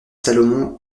salomon